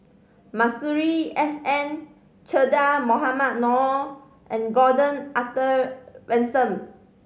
Masuri S N Che Dah Mohamed Noor and Gordon Arthur Ransome